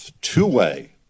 two-way